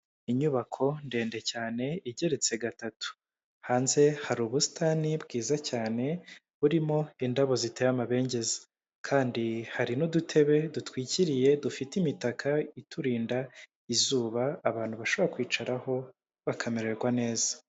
Inyubako ndende cyane igeretse gatatu hanze hari ubusitani bwiza cyane burimo indabo ziteye amabengeza kandi hari n'udutebe dutwikiriye dufite imitaka iturinda izuba abantu bashobora kwicaraho bakamererwa neza.